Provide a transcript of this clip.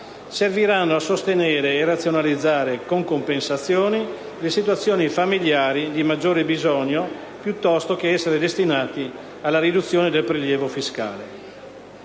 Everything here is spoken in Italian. serviranno a sostenere e a razionalizzare con compensazioni le situazioni familiari di maggiore bisogno, piuttosto che essere destinati alla riduzione del prelievo fiscale.